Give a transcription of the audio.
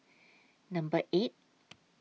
Number eight